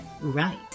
right